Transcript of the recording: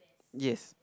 yes